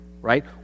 right